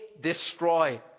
destroy